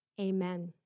Amen